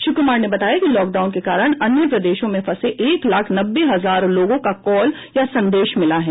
श्री कुमार ने बताया कि लॉकडाउन के कारण अन्य प्रदेशों में फंसे एक लाख नब्बे हजार लोगों का कॉल या संदेश मिला है